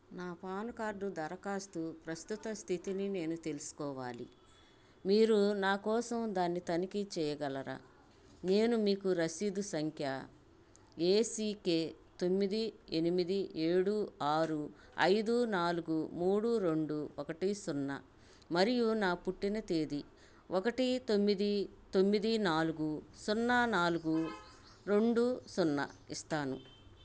నా PAN card దరఖాస్తు ప్రస్తుత స్థితిని నేను తెలుసుకోవాలి మీరు నా కోసం దాన్ని తనిఖీ చేయగలరా నేను మీకు రశీదు సంఖ్య ఏసీకే తొమ్మిది ఎనిమిది ఏడు ఆరు ఐదు నాలుగు మూడు రెండు ఒకటి సున్నా మరియు నా పుట్టిన తేదీ ఒకటి తొమ్మిది తొమ్మిది నాలుగు సున్నా నాలుగు రెండు సున్నా ఇస్తాను